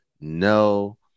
No